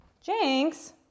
Jinx